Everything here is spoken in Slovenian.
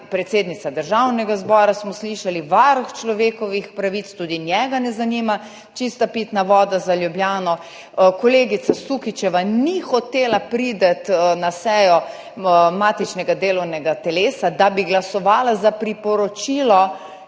predsednica Državnega zbora, smo slišali, Varuh človekovih pravic, tudi njega ne zanima čista pitna voda za Ljubljano, kolegica Sukič ni hotela priti na sejo matičnega delovnega telesa, da bi glasovala za priporočilo,